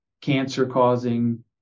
cancer-causing